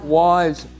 wise